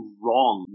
wrong